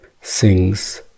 sings